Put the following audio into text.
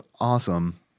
awesome